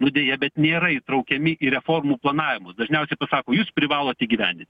nu deja bet nėra įtraukiami į reformų planavimus dažniausiai pasako jūs privalot įgyvendint